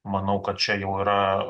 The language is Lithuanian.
manau kad čia jau yra